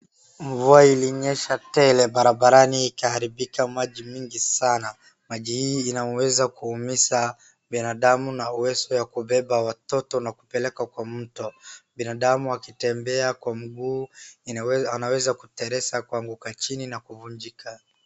Mvua ilinyesha tele barabarani ikaharibika maji mingi sana. Maji hii inaweza kuumiza binadamu na uwezo ya kubeba watoto na kupeleka kwa mto, binadamu wakitembea kwa mguu anaweza kuteleza kuanguka chini na kuvunjika.